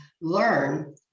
learn